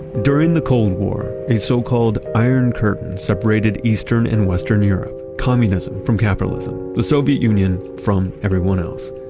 during the cold war, a so-called iron curtain separated eastern and western europe. communism from capitalism. the soviet union from everyone else.